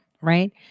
right